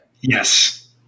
Yes